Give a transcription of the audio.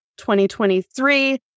2023